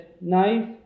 nice